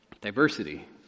diversity